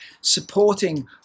supporting